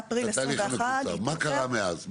מה-1 באפריל 2021. מה מאז בפועל?